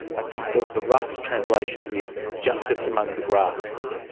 i think the the rough translation is justice among the grass.